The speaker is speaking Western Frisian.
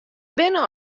binne